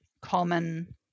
common